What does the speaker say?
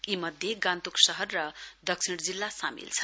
यी मध्ये गान्तोक शहर र दक्षिण जिल्ला सामेल छ